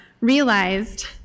realized